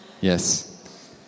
Yes